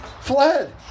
fled